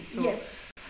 yes